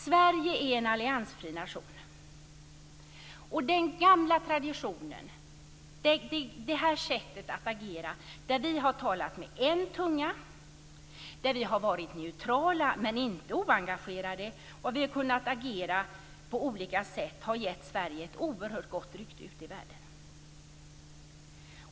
Sverige är en alliansfri nation, och vårt traditionella sätt att agera, där vi har talat med en tunga, där vi har varit neutrala men inte oengagerade och där vi har kunnat agera på olika sätt, har gett Sverige ett oerhört gott rykte ute i världen.